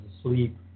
asleep